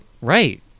Right